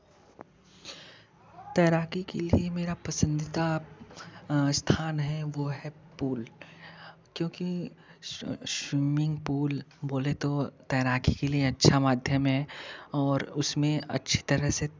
तैराकी के लिए मेरा पसंदीदा स्थान है वह है पूल क्योंकि शु शुमिंग पूल बोले तो तैराकी के लिए अच्छा माध्यम है और उसमें अच्छी तरह से